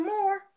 more